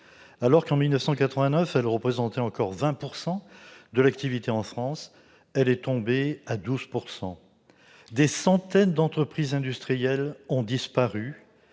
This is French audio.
Alors que, en 1989, elle représentait encore 20 % de l'activité en France, elle est tombée à 12 %. Des centaines d'entreprises industrielles ont disparu,